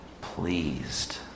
pleased